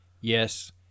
Yes